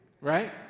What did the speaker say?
right